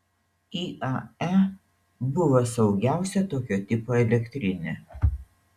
iae buvo saugiausia tokio tipo elektrinė